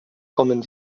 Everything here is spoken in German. kommen